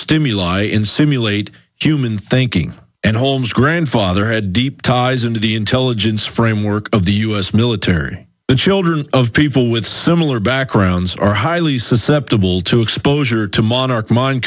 stimuli in simulate human thinking and holmes grandfather had deep ties into the intelligence framework of the us military the children of people with similar backgrounds are highly susceptible to exposure to monarch mind